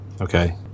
okay